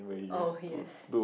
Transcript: oh yes